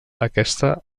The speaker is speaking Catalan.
aquesta